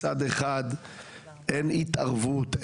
מצד אחד אין התערבות,